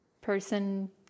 person